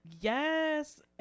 yes